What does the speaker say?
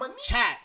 Chat